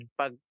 pag